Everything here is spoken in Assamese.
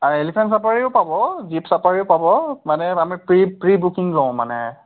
এলিফেণ্ট ছাফাৰীও পাব জীপ ছাফাৰীও পাব মানে আমি প্ৰি প্ৰি বুকিং লওঁ মানে